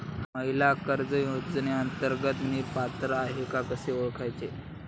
महिला कर्ज योजनेअंतर्गत मी पात्र आहे का कसे ओळखायचे?